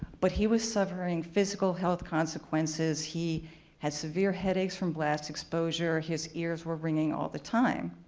but he was suffering physical health consequences. he had severe headaches from blast exposure, his ears were ringing all the time.